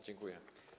Dziękuję.